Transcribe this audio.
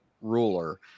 ruler